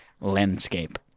landscape